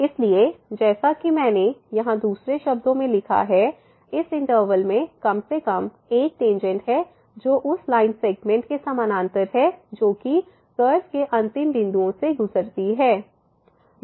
इसलिए जैसा कि मैंने यहाँ दूसरे शब्दों में लिखा है इस इंटरवल में कम से कम एक टेंजेंट है जो उस लाइन सेगमेंट के समानांतर है जोकि कर्व के अंतिम बिंदुओं से गुजरती है